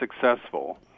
successful